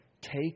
Take